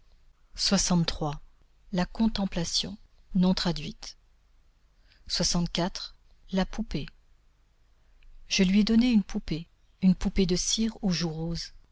la contemplation la poupée je lui ai donné une poupée une poupée de cire aux joues roses